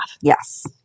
Yes